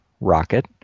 rocket